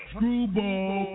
Screwball